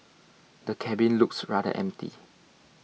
the cabin looks rather empty